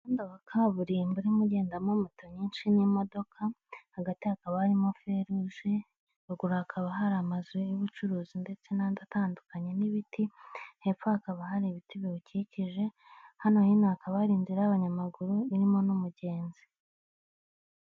Umuhanda wa kaburimbo urimo ugendamo moto nyinshi n'imodoka, hagati hakaba harimo feruje, ruguru hakaba hari amazu y'ubucuruzi ndetse n'andi atandukanye n'ibiti, hepfo hakaba hari ibiti biwukikije, hano hino hakaba ari inzira y'abanyamaguru irimo n'umugenzi.